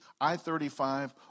I-35